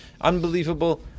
unbelievable